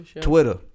Twitter